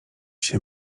się